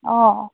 অঁ